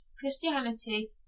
Christianity